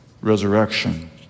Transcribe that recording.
resurrection